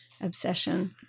obsession